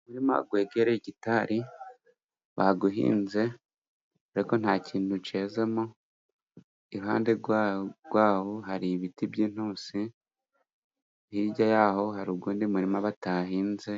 Umurima wegereye igitari bawuhinze, dore ko nta kintu cyezemo, iruhande rwaho hari ibiti by'intusi, hirya y'aho hari uwundi murima batahinze,